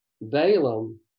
Balaam